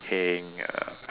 heng ah